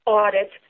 audit